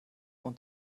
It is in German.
und